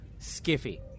Skiffy